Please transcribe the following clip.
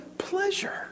pleasure